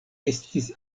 estis